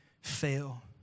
fail